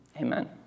amen